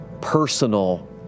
personal